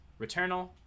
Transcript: returnal